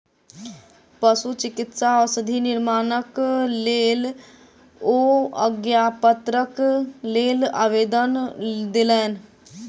पशुचिकित्सा औषधि निर्माणक लेल ओ आज्ञापत्रक लेल आवेदन देलैन